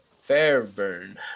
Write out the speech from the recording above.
Fairburn